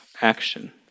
action